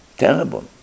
Terrible